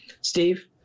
Steve